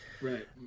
right